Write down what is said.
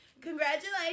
Congratulations